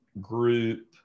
group